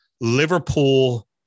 Liverpool